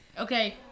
Okay